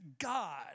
God